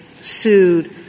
sued